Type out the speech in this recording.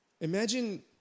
Imagine